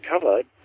covered